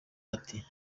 ati